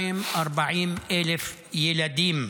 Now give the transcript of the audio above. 1.24 ילדים,